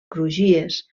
crugies